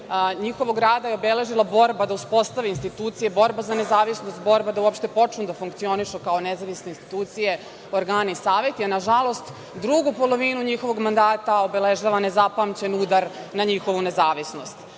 njihovog rada je obeležila borba da uspostavi institucije, borba za nezavisnost, borba da uopšte počnu da funkcionišu kao nezavisne institucije, organi, saveti, a nažalost, drugu polovinu njihovog mandata obeležava nezapamćen udar na njihovu nezavisnost. Ova